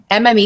MME